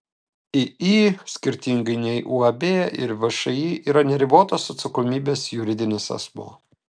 iį skirtingai nei uab ir všį yra neribotos atsakomybės juridinis asmuo